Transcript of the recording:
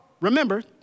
remember